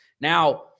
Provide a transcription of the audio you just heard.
now